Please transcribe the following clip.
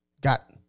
Got